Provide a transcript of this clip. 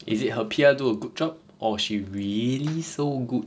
is it her P_R do a good job or she really so good